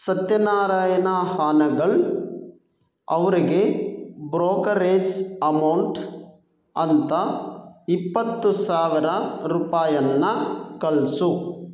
ಸತ್ಯನಾರಾಯಣ ಹಾನಗಲ್ ಅವರಿಗೆ brokerage amount ಅಂತ ಇಪ್ಪತ್ತು ಸಾವಿರ ರೂಪಾಯನ್ನು ಕಳಿಸು